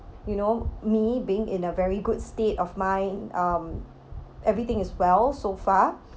you know me being in a very good state of mind um everything is well so far